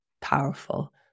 powerful